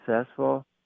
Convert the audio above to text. successful